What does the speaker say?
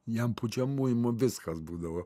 jam pučiamųjų mu viskas būdavo